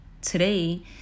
today